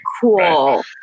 cool